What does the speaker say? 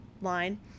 line